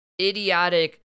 idiotic